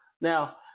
Now